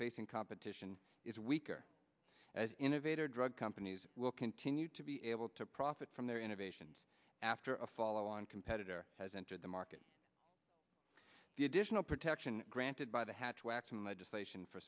facing competition is weaker as innovator drug companies will continue to be able to profit from their innovations after a follow on competitor has entered the market the additional protection granted by the